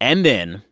and then